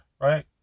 right